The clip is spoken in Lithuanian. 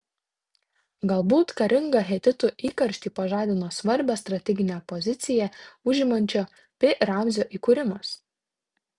galbūt karingą hetitų įkarštį pažadino svarbią strateginę poziciją užimančio pi ramzio įkūrimas